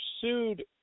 sued